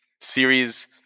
Series